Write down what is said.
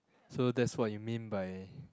so that's what you mean by